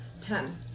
ten